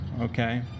okay